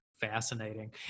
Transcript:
fascinating